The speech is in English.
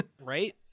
right